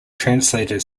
translated